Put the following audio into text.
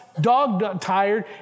dog-tired